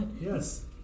yes